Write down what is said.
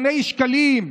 במיליוני שקלים.